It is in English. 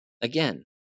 Again